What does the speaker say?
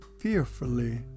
fearfully